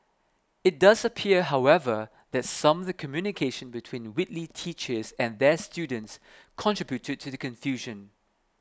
it does appear however that some of the communication between Whitley teachers and their students contributed to the confusion